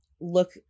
look